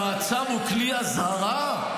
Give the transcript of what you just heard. המעצר הוא כלי אזהרה?